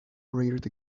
reared